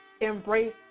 embrace